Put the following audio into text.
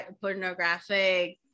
pornographic